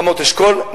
רמות-אשכול,